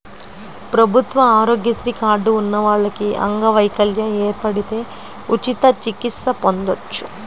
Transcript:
ప్రభుత్వ ఆరోగ్యశ్రీ కార్డు ఉన్న వాళ్లకి అంగవైకల్యం ఏర్పడితే ఉచిత చికిత్స పొందొచ్చు